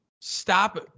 Stop